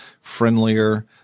friendlier